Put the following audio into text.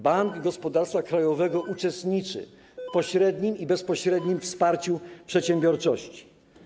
Bank Gospodarstwa Krajowego uczestniczy w pośrednim i bezpośrednim wsparciu przedsiębiorczości.